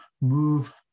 move